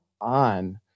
on